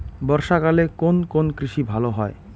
বর্ষা কালে কোন কোন কৃষি ভালো হয়?